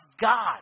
God